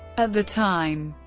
at the time,